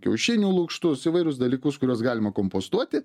kiaušinių lukštus įvairius dalykus kuriuos galima kompostuoti